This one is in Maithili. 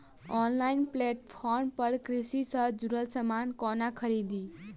ऑनलाइन प्लेटफार्म पर कृषि सँ जुड़ल समान कोना खरीदी?